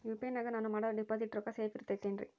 UPI ನಾಗ ನಾನು ಮಾಡೋ ಡಿಪಾಸಿಟ್ ರೊಕ್ಕ ಸೇಫ್ ಇರುತೈತೇನ್ರಿ?